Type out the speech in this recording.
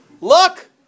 Look